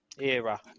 era